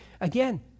again